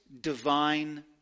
divine